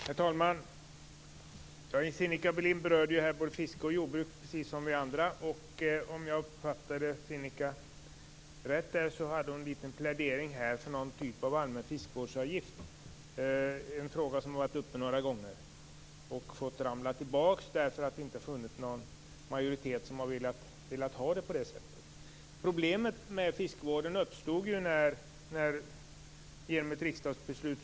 Herr talman! Sinikka Bohlin berörde både fiske och jordbruk, precis som vi andra. Om jag uppfattade henne rätt hade hon en liten plädering för någon typ av allmän fiskevårdsavgift. Det är en fråga som har varit uppe några gånger och som fått ramla tillbaka därför att det inte funnits någon majoritet som har velat ha det på det sättet. Problemet med fiskevården uppstod genom ett riksdagsbeslut.